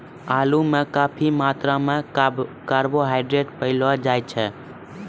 आलू म काफी मात्रा म कार्बोहाइड्रेट पयलो जाय छै